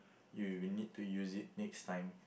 you will need to use it next time